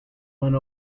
one